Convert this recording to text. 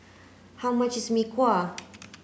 how much is Mee Kuah